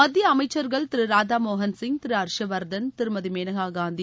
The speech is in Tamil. மத்திய அமைச்சா்கள் திரு ராதாமோகன்சிய் திரு ஹா்ஷவா்தன் திருமதி மேனகா காந்தி